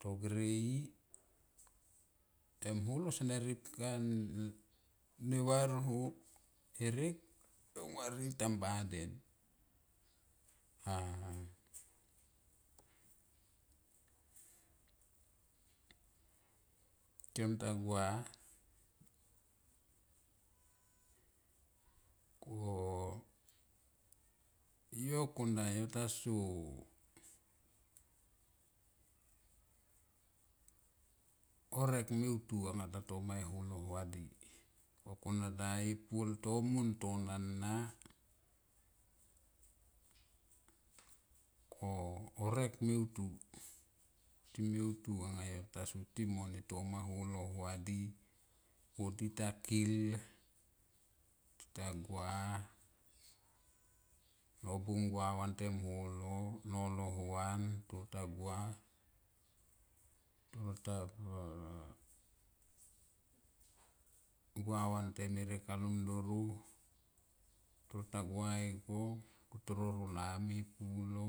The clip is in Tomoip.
togere li holo sene ripka ne var herek son vari tamba den a kem ta gua ko yo konga ta so horek meitu anga ta toma holo haudi konataga ye paul tomun nana ko horek meitu, meitu anga ta soti mo toma e holo hua di o tita kill tita gua nobung gua vantem holo, nolo hua toro ta gua toro ta gua vantem herek alom doro toro ta gua igo ko toro lam pulo.